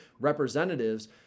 representatives